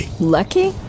Lucky